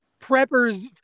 preppers